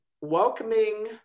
welcoming